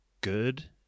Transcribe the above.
good